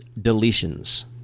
deletions